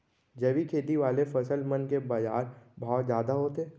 जैविक खेती वाले फसल मन के बाजार भाव जादा होथे